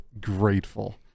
grateful